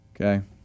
Okay